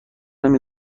نمی